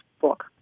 book